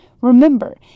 Remember